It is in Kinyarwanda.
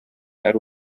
ari